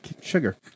Sugar